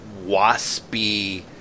waspy